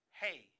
hey